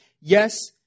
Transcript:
yes